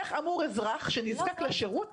איך אמור אזרח שנזקק לשירות,